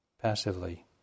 Passively